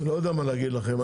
אני לא יודע מה להגיד לכם.